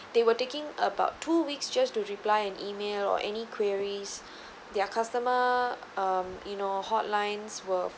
they were taking about two weeks just to reply an email or any queries their customer um you know hotlines were